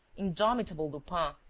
indomitable lupin,